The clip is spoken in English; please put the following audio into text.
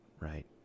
right